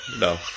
No